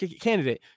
candidate